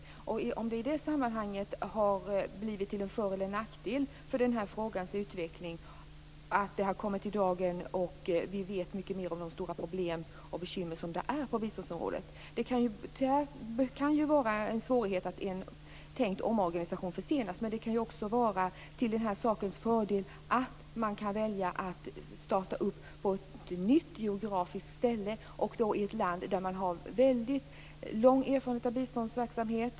Sedan är frågan om det i detta sammanhang har blivit till en för eller nackdel för den här frågans utveckling att det här har kommit i dagen och att vi vet mycket mer om de stora problem och bekymmer som finns på biståndsområdet. Det kan ju vara en svårighet att en tänkt omorganisation försenas, men det kan också vara en fördel att man kan välja att starta upp på ett nytt geografiskt ställe och då i ett land där man har en lång erfarenhet av biståndsverksamhet.